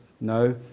no